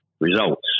results